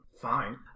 fine